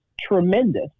tremendous